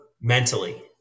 mentally